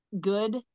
good